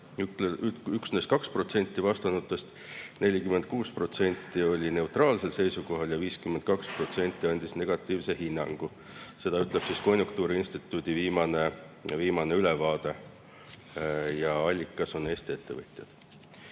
2% vastanutest, 46% oli neutraalsel seisukohal ja 52% andis negatiivse hinnangu. Seda ütleb konjunktuuriinstituudi viimane ülevaade. Ja allikas on Eesti ettevõtjad.